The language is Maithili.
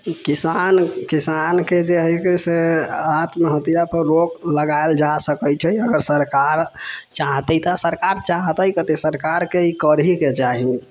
किसान किसान के जे है की आत्महत्यापर रोक लगायल जा सकै छै अगर सरकार चाहतै तऽ सरकार चाहतै कते सरकारके ई करहिके चाही